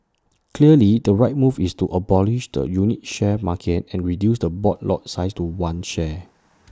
clearly the right move is to abolish the unit share market and reduce the board lot size to one share